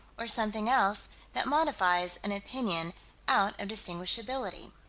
or something else that modifies an opinion out of distinguishability.